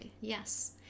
Yes